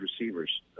receivers